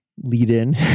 lead-in